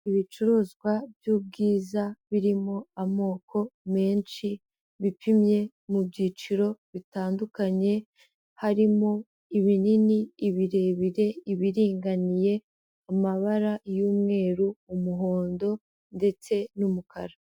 Ibicuruzwa by'ubwiza birimo amoko menshi bipimye mu byiciro bitandukanye, harimo ibinini, ibirebire, ibiringaniye, amabara y'umweru, umuhondo ndetse n'umukara.